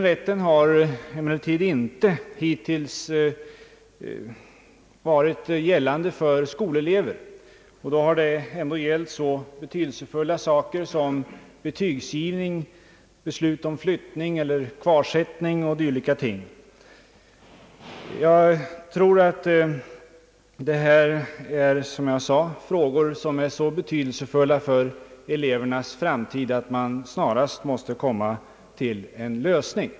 Hittills har emellertid inte den rätten gällt för skolelever — och då har det ändock rört sig om så betydelsefulla saker som betygsgivning, beslut om uppflyttning eller kvarsittning och dylika ting. Jag tror att dessa frågor är så viktiga för elevernas framtid att en bättre ordning snarast måste åstadkommas.